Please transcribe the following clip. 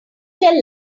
tell